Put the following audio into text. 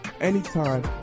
anytime